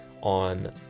on